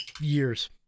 years